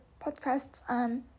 podcasts